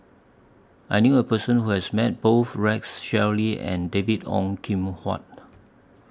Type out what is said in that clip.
I knew A Person Who has Met Both Rex Shelley and David Ong Kim Huat